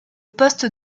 poste